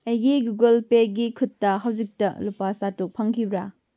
ꯑꯩꯒꯤ ꯒꯨꯒꯜ ꯄꯦꯒꯤ ꯈꯨꯠꯇ ꯍꯧꯖꯤꯛꯇ ꯂꯨꯄꯥ ꯆꯥꯇꯔꯨꯛ ꯐꯪꯈꯤꯕ꯭ꯔꯥ